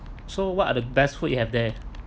so what are the best food you have there